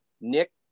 nick